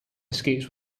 escapes